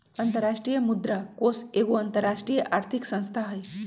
अंतरराष्ट्रीय मुद्रा कोष एगो अंतरराष्ट्रीय आर्थिक संस्था हइ